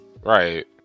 Right